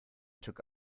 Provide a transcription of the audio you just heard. took